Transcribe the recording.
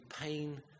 pain